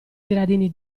gradini